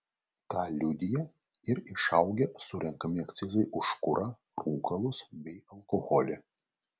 tą liudija ir išaugę surenkami akcizai už kurą rūkalus bei alkoholį